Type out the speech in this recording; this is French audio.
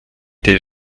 des